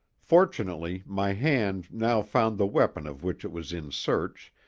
fortunately my hand now found the weapon of which it was in search,